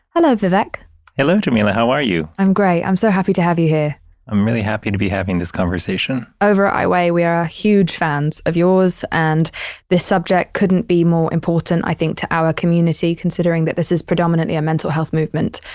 hello, vivek hello, jameela. how are you? i'm great. i'm so happy to have you here i'm really happy to be having this conversation over at i weigh, we are ah huge fans of yours and this subject couldn't be more important, i think, to our community, considering that this is predominantly a mental health movement.